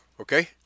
okay